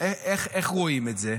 איך רואים את זה?